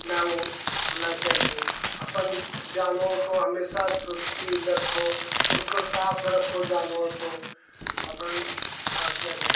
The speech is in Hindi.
ना होना चाहिए अपन जानवर को हमेशा रखो उसको साफ़ रखो जानवर को अपन हर जगह